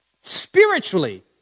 Spiritually